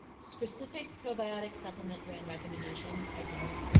specific probiotic supplement brand recommendations. i don't,